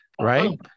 right